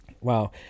Wow